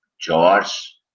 George